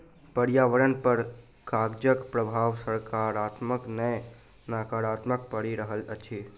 पर्यावरण पर कागजक प्रभाव साकारात्मक नै नाकारात्मक पड़ि रहल अछि